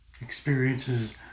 experiences